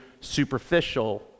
superficial